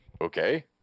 okay